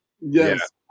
yes